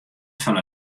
fan